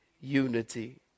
unity